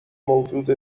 موجود